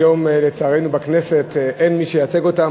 והיום לצערנו אין בכנסת מי שייצג אותם,